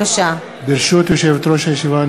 ברשות יושבת-ראש הישיבה,